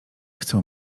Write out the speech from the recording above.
chcą